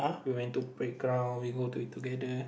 we went to playground we go to eat together